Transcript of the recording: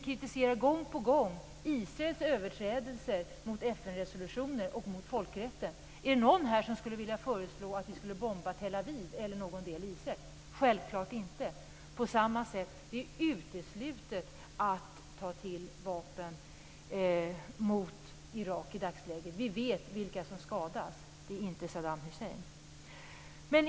Gång på gång kritiserar vi Israels överträdelser mot FN-resolutioner och mot folkrätten. Finns det någon här som skulle vilja föreslå att vi skulle bomba Tel Aviv eller någon annan del av Israel? Självfallet inte. På samma sätt är det uteslutet att ta till vapen mot Irak i dagsläget. Vi vet vilka som skadas, och det är inte Saddam Hussein.